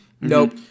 Nope